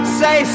say